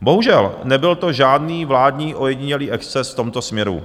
Bohužel, nebyl to žádný vládní ojedinělý exces v tomto směru.